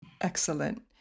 Excellent